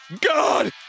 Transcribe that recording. God